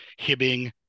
hibbing